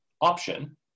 option